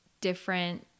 different